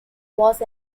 was